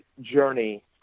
journey